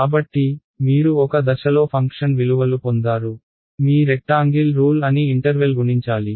కాబట్టి మీరు ఒక దశలో ఫంక్షన్ విలువలు పొందారు మీ రెక్టాంగిల్ రూల్ అని ఇంటర్వెల్ గుణించాలి